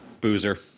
Boozer